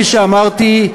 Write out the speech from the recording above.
כפי שאמרתי,